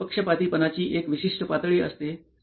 तेथे पक्षपातीपणाची एक विशिष्ट पातळी असते